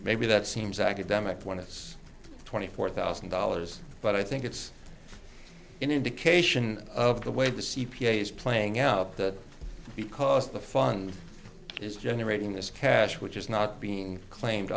maybe that seems academic when it's twenty four thousand dollars but i think it's an indication of the way the c p a is playing out that because the fund is generating this cash which is not being claimed